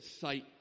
sight